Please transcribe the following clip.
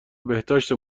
بهداشت